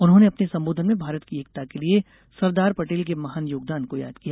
उन्होंने अपने संबोधन में भारत की एकता के लिए सरदार पटेल के महान योगदान को याद किया